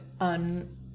un